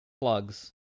plugs